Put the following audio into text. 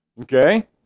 Okay